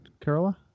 carola